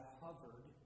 hovered